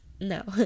No